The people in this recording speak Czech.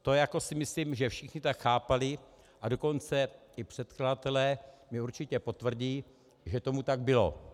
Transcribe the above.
To si myslím, že všichni tak chápali, a dokonce i předkladatelé mně určitě potvrdí, že tomu tak bylo.